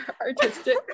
artistic